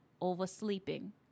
oversleeping